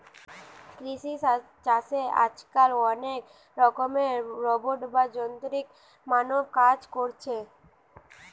কৃষি চাষে আজকাল অনেক রকমের রোবট বা যান্ত্রিক মানব কাজ কোরছে